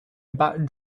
about